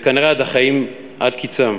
וכנראה עד החיים, עד קצם.